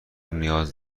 نیاز